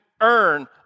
Earn